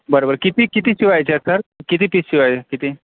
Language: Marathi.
बरं बरं किती किती शिवायचे आहेत सर किती पीस शिवाय किती